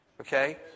Okay